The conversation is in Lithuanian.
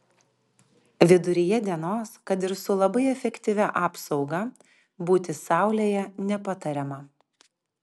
viduryje dienos kad ir su labai efektyvia apsauga būti saulėje nepatariama